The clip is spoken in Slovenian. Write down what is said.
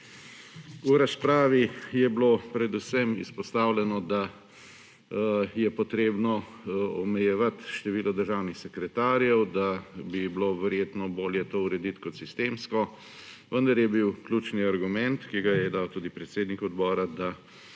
V razpravi je bilo predvsem izpostavljeno, da je potrebno omejevati število državnih sekretarjev, da bi bilo verjetno bolje to urediti kot sistemsko, vendar je bil ključni argument, ki ga je dal tudi predsednik odbora, da